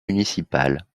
municipales